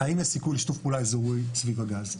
האם יש סיכוי לשיתוף פעולה אזורי סביב הגז,